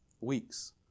Weeks